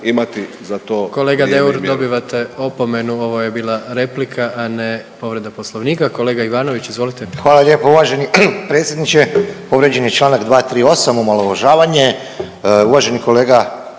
imati za to